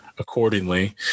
accordingly